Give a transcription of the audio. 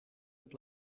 het